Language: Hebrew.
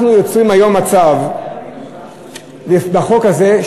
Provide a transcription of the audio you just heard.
אנחנו יוצרים היום מצב בחוק הזה,